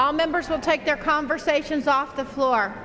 our members will take their conversations off the floor